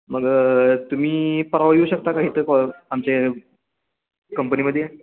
मग तुम्ही परवा येऊ शकता का इथं कॉ आमच्या कंपनीमध्ये